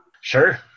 Sure